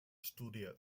studiert